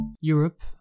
Europe